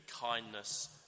kindness